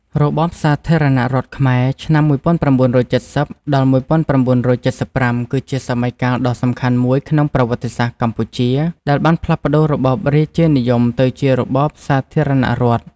របបសាធារណរដ្ឋខ្មែរ (ឆ្នាំ ១៩៧០-១៩៧៥) គឺជាសម័យកាលដ៏សំខាន់មួយក្នុងប្រវត្តិសាស្ត្រកម្ពុជា ដែលបានផ្លាស់ប្ដូររបបរាជានិយមទៅជារបបសាធារណរដ្ឋ។